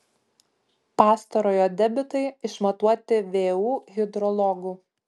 pastarojo debitai išmatuoti vu hidrologų